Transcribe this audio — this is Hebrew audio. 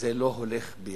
לא הולכים ביחד,